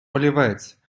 олівець